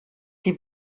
die